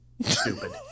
Stupid